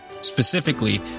specifically